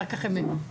אחר כך הם מדווחים,